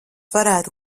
varētu